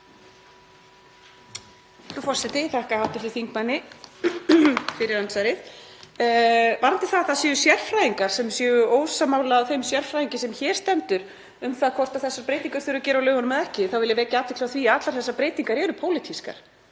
forseti. Ég þakka hv. þingmanni fyrir andsvarið. Varðandi það að það séu sérfræðingar sem séu ósammála þeim sérfræðingi sem hér stendur um hvort þessar breytingar þurfi að gera á lögunum eða ekki þá vil ég vekja athygli á því að allar þessar breytingar eru pólitískar,